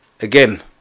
Again